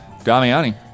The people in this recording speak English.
Damiani